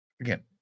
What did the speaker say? again